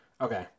Okay